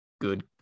good